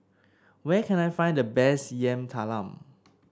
where can I find the best Yam Talam